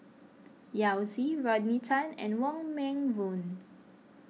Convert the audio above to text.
Yao Zi Rodney Tan and Wong Meng Voon